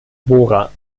bohrer